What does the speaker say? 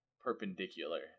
perpendicular